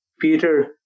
Peter